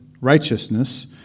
righteousness